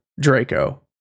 Draco